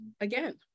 again